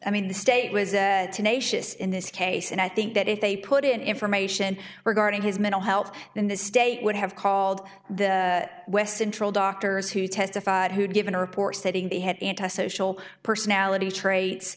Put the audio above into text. i mean the state was tenacious in this case and i think that if they put in information regarding his mental health in the state would have called the west central doctors who testified who'd given reports that he had anti social personality traits